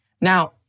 Now